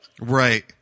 Right